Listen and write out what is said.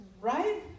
Right